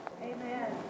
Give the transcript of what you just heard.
Amen